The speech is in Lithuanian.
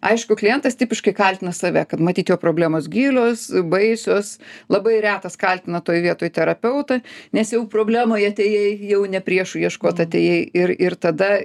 aišku klientas tipiškai kaltina save kad matyt jo problemos gilios baisios labai retas kaltina toj vietoj terapeutą nes jau problemoj atėjai jau ne priešų ieškot atėjai ir ir tada